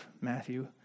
Matthew